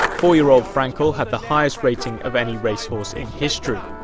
four-year-old frankel had the highest rating of any racehorse in history.